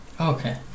Okay